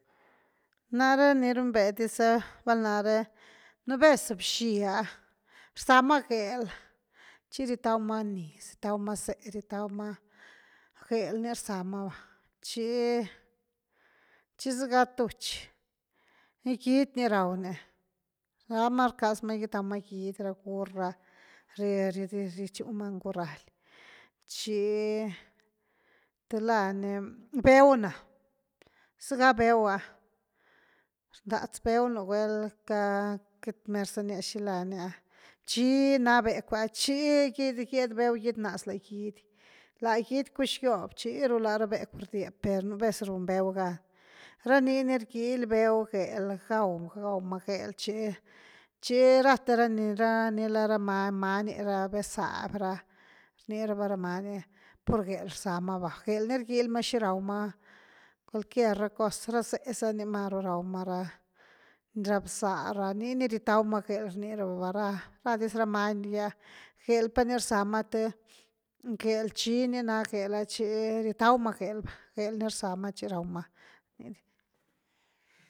Nare ni run be diza vel nare, nú vez bxye ah rza ma gel tchi rietaw ma niz, rietaw ma zéh rietaw ma, gel ni rza ma va, tchi–tchi zega túch, ni gidy ni raw ni, la gama rcaz ma gitaw ma gidy ra gur ra, rye –rye tchu ma lany gurral tchi tula ni bew na, zega bew ‘ah rndatz bew nú guel ca, queity, mer za nia xilá ni ah, tchii ná becw ah tchi gied, tchi gied bew ginaz la gidy, la gidy cuxgion chiru la ra becw rdie per nú vez run bew gan, ra nii ni rgil bew gel gaw-gaw ma gel tchi chi rathe ra ni-ra ni lá ra many-many ra bezaby ra rni raba ra many pur gel rza rama va, gel ni rgil ma xi raw ma, cualquier ra cos ra zéh za ni maru raw ma ra-ra bzá ra, nii ni rietaw ma gel rnii raba va, ra-ra diz ra many gy ah gel pa ni rza ma te gel chí na gel ah tchi rietaw ma gel va, gel ni rza ma chi raw ma.